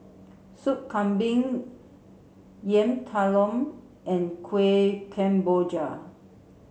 Soup Kambing Yam Talam and Kuih Kemboja